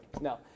No